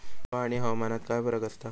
हवा आणि हवामानात काय फरक असा?